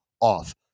off